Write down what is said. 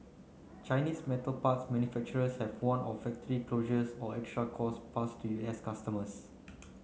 Chinese metal parts manufacturers have warned of factory closures or extra costs pass to U S customers